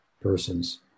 persons